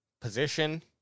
position